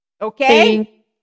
okay